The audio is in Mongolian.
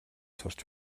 сурч